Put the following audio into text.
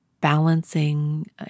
balancing